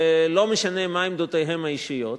לא משנה מה עמדותיהם האישיות,